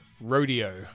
rodeo